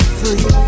free